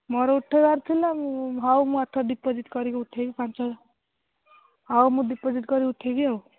ମୋର ଉଠାଇବାର ଥିଲା ମୁଁ ହେଉ ମୁଁ ଏଥର ଡିପୋଜିଟ୍ କରିକି ଉଠାଇବି ପାଞ୍ଚ ହଜାର ହେଉ ମୁଁ ଡିପୋଜିଟ୍ କରିକି ଉଠାଇବି ଆଉ